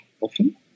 often